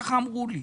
כך אמרו לי.